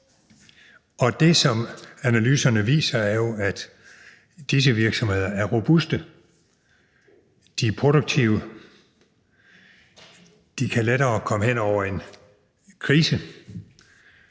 Og det, som analyserne viser, er jo, at disse virksomheder er robuste, de er produktive, de kan lettere komme hen over en krise,